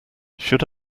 should